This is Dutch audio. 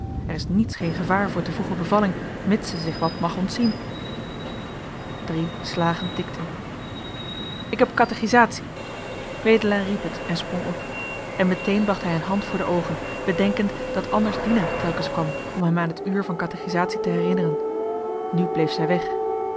er is niets geen gevaar voor te vroege bevalling mits ze zich wat mag ontzien drie slagen tikten ik heb katechisatie wedelaar riep het en sprong op en meteen bracht hij een hand voor de oogen bedenkend dat anders dina telkens kwam om hem aan het uurvan katechisatie te herinneren nu bleef zij weg